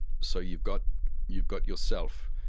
so you've got you've got yourself,